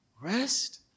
Rest